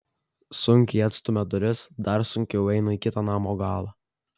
sunkiai atstumia duris dar sunkiau eina į kitą namo galą